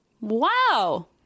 Wow